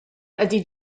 ydy